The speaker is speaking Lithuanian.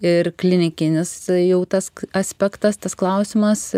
ir klinikinis jau tas aspektas tas klausimas